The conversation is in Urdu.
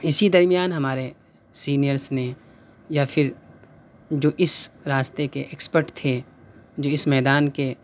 اِسی درمیان ہمارے سینئرس نے یا پھر جو اِس راستے کے اکسپرٹ تھے جی اِس میدان کے